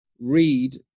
read